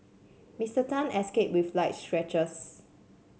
Mister Tan escaped with light scratches